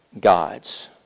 God's